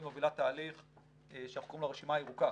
מובילה תהליך שאנחנו קוראים לו הרשימה הירוקה,